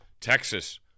Texas